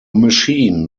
machine